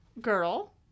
girl